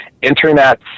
internet